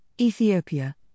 Ethiopia